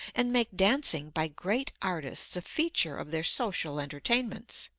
and make dancing by great artists a feature of their social entertainments.